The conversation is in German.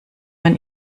man